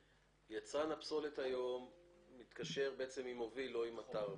יצרן הפסולת מתקשר היום עם מוביל, לא עם אתר.